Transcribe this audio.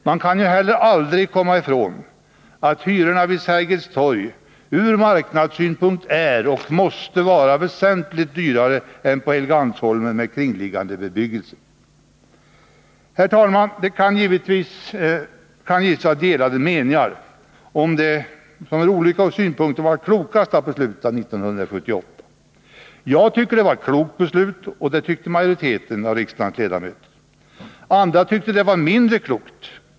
Man kan ju heller aldrig komma ifrån att hyrorna vid Sergels torg ur marknadssynpunkt är och måste vara väsentligt högre än på Helgeandsholmen med kringliggande bebyggelse. Herr talman! Det kan givetvis vara delade meningar om vad som ur olika synpunkter var det klokaste att besluta 1978. Jag tycker det var ett klokt beslut, och det tyckte majoriteten av riksdagens ledamöter. Andra tyckte det var mindre klokt.